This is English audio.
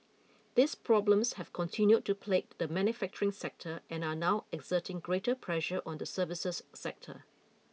these problems have continued to plague the manufacturing sector and are now exerting greater pressure on the services sector